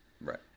Right